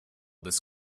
this